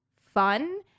fun